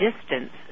distance